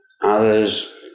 others